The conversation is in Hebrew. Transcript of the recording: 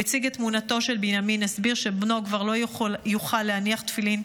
הוא הציג את תמונתו של בנימין והסביר שבנו כבר לא יוכל להניח תפילין,